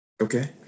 Okay